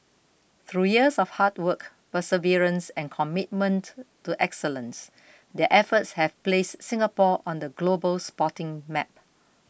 through years of hard work perseverance and commitment to excellence their efforts have placed Singapore on the global sporting map